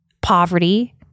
poverty